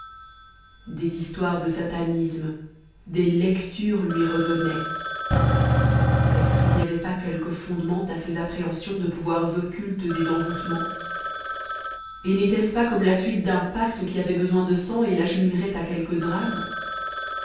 des histoires de satanisme des lectures lui revenaient est-ce qu'il n'y avait pas quelque fondement à ces appréhensions de pouvoirs occultes et d'envoûtement et n'était-ce pas comme la suite d'un pacte qui avait besoin de sang et l'acheminerait à quelque drame